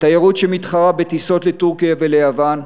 התיירות שמתחרה בטיסות לטורקיה וליוון,